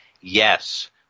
Yes